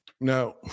Now